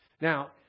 Now